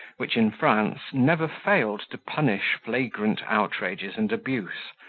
which, in france, never failed to punish flagrant outrages and abuse,